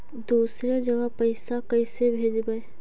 दुसरे जगह पैसा कैसे भेजबै?